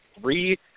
three